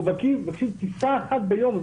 אנחנו מבקשים טיסה אחת ביום,